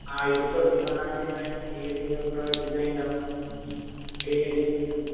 हा ही ॾिसोसि बनारसी में ही हिकिड़ो डिज़ाइन अथव हिकिड़ी हीअ डीज़ाइन अथव